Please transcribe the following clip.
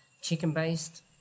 chicken-based